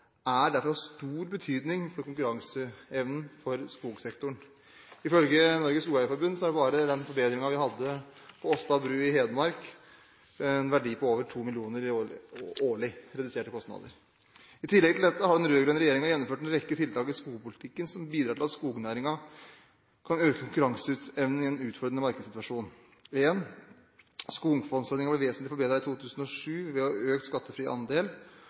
er derfor av stor betydning for konkurranseevnen for skogsektoren. Ifølge Norges Skogeierforbund har bare forbedringen på Åsta bru i Hedmark en verdi på over 2 mill. kr årlig i reduserte kostnader. I tillegg til dette har den rød-grønne regjeringen gjennomført en rekke tiltak i skogpolitikken som bidrar til at skognæringen kan øke konkurranseevnen i en utfordrende markedssituasjon: Skogfondsordningen ble vesentlig forbedret i 2007 ved økt skattefri andel